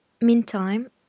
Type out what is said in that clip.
Meantime